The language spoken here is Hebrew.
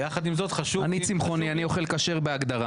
אני צמחוני, אני אוכל כשר בהגדרה.